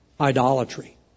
idolatry